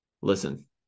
listen